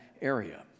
area